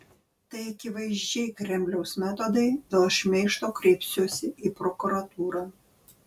tai akivaizdžiai kremliaus metodai dėl šmeižto kreipsiuosi į prokuratūrą